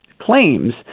claims